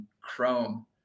chrome